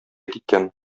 киткән